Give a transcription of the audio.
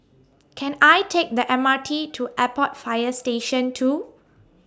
Can I Take The M R T to Airport Fire Station two